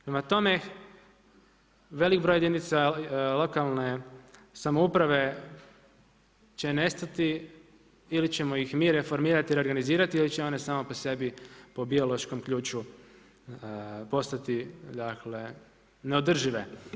Prema tome, velik broj jedinica lokalne samouprave će nestati ili ćemo ih mi reformirati i reorganizirati ili će one same po sebi po biološkom ključu postati neodržive.